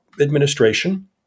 administration